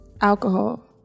alcohol